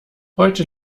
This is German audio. heute